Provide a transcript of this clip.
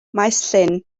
maesllyn